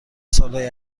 سالهای